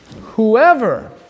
Whoever